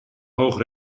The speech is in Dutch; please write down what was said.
hoog